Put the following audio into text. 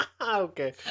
Okay